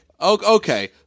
Okay